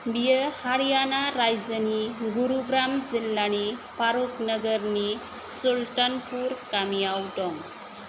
बेयो हारियाना रायजोनि गुरुग्राम जिल्लानि फारुक नोगोरनि सुल्तानपुर गामिआव दं